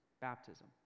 baptism